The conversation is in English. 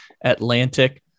Atlantic